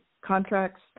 contracts